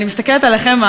אני מסתכלת עליכם,